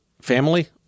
Family